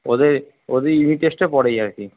ওদের ওদের ইউনিট টেস্টের পরেই আর কি